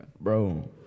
Bro